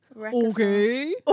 Okay